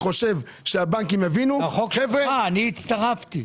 זה החוק שלך, אני הצטרפתי.